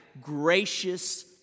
gracious